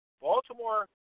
Baltimore